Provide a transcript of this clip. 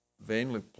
vainly